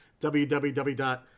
www